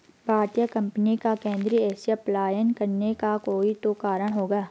भारतीय कंपनी का केंद्रीय एशिया पलायन करने का कोई तो कारण होगा